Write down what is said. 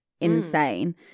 insane